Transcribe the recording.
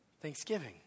thanksgiving